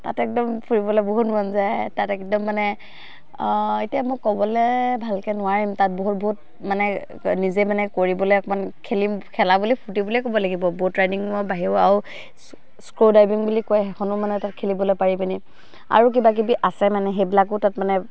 তাত একদম ফুৰিবলৈ বহুত মন যায় তাত একদম মানে এতিয়া মই ক'বলৈ ভালকৈ নোৱাৰিম তাত বহুত বহুত মানে নিজে মানে কৰিবলৈ অকণমান খেলিম খেলা বুলি ফুৰ্তি বুলিয়ে ক'ব লাগিব ব'ট ৰাইডিঙৰ বাহিৰেও আৰু স্ক্ৰু ড্ৰাইভিং বুলি কয় সেইখনো মানে তাত খেলিবলৈ পাৰি মানে আৰু কিবা কিবি আছে মানে সেইবিলাকো তাত মানে